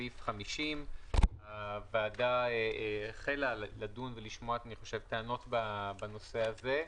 בסעיף 50. הוועדה החלה לדון ולשמוע טענות בנושא הזה.